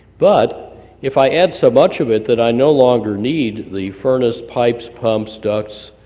but if i add so much of it that i no longer need the furnace, pipes, pumps, ducts,